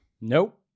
Nope